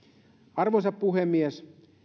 arvoisa puhemies